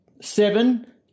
Seven